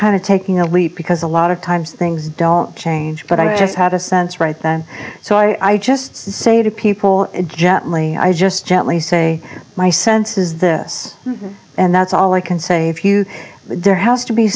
kind of taking a leap because a lot of times things don't change but i just had a sense right then so i just say to people gently i just gently say my sense is this and that's all i can say if you there has to be